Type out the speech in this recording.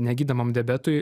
negydomam diabetui